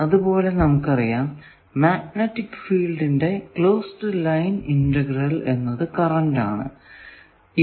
അതുപോലെ നമുക്കറിയാം മാഗ്നെറ്റിക് ഫീൽഡിന്റെ ക്ലോസ്ഡ് ലൈൻ ഇന്റഗ്രൽ എന്നത് കറന്റ് ആണ് എന്ന്